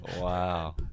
Wow